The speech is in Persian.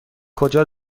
کجا